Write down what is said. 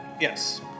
Yes